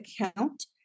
account